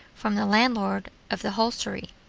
from the landlord of the hostelry,